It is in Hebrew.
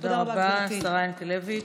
תודה רבה, השרה ינקלביץ'.